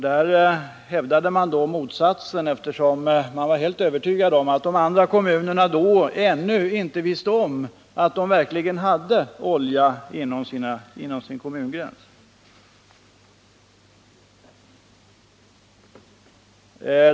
Där hävdade man då motsatsen, för man var helt övertygad om att de andra kommunerna ännu inte visste om att de verkligen hade olja inom sin kommungräns.